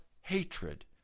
hatred